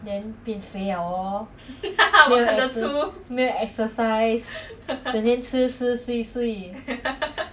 then 变肥 liao lor 没有 exercise 整天吃吃睡睡